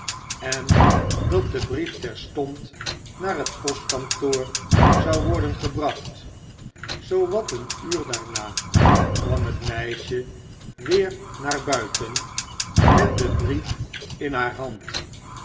en dat de brief terstond naar het postkantoor zou worden gebracht zoowat een uur daarna kwam het meisje weer naar buiten met den brief in haar hand